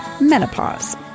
Menopause